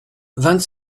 vingt